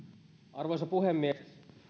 arvoisa puhemies